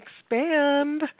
expand